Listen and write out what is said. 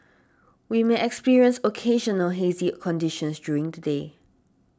we may experience occasional hazy conditions during the day